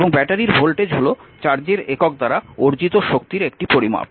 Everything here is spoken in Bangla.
এবং ব্যাটারির ভোল্টেজ হল চার্জের একক দ্বারা অর্জিত শক্তির একটি পরিমাপ